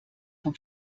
vom